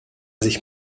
sich